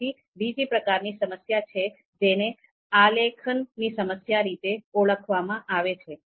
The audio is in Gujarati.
તે પછી બીજી પ્રકારની સમસ્યા છે જેને આલેખન ની સમસ્યા રીતે ઓળખવામાં આવે છે